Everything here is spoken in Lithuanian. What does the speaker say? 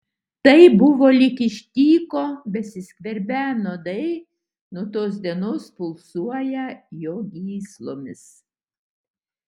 tai buvo lyg iš tyko besiskverbią nuodai nuo tos dienos pulsuoją jo gyslomis